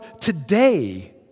today